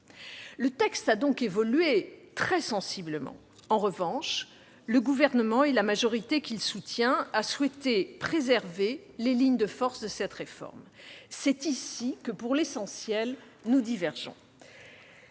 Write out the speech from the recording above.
Le texte a donc évolué très sensiblement. En revanche, le Gouvernement, et la majorité qui le soutient, a souhaité préserver les lignes de force de cette réforme. C'est ici que, pour l'essentiel, nous divergeons.